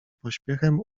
pośpiechem